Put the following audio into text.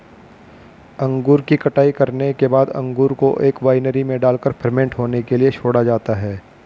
अंगूर की कटाई करने के बाद अंगूर को एक वायनरी में डालकर फर्मेंट होने के लिए छोड़ा जाता है